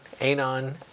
Anon